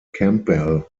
campbell